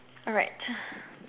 alright